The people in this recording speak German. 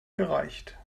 gereicht